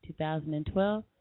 2012